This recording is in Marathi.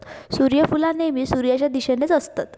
सुर्यफुला नेहमी सुर्याच्या दिशेनेच असतत